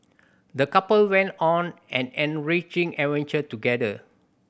the couple went on an enriching adventure together